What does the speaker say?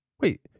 Wait